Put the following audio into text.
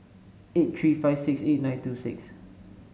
eight three five six eight nine two six